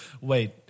Wait